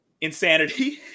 insanity